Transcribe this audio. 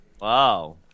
Wow